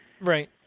Right